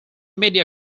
media